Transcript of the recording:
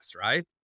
Right